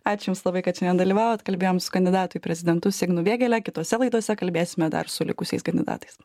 ačiū jums labai kad šiandien dalyvavot kalbėjom su kandidatu į prezidentus ignu vėgėle kitose laidose kalbėsime dar su likusiais kandidatais